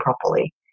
properly